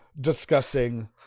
discussing